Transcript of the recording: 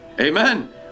Amen